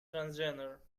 transgender